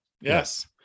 Yes